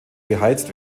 beheizt